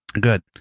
Good